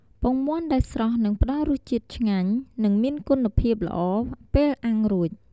ពងមាន់ដែលស្រស់នឹងផ្តល់រសជាតិឆ្ងាញ់ និងមានគុណភាពល្អពេលអាំងរួច។